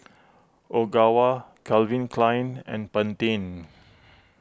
Ogawa Calvin Klein and Pantene